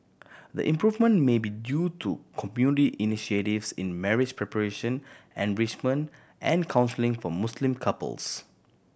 the improvement may be due to community initiatives in marriage preparation enrichment and counselling for Muslim couples